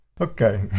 Okay